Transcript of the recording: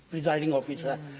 presiding officer.